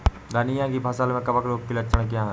धनिया की फसल में कवक रोग के लक्षण क्या है?